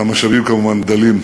והמשאבים כמובן דלים.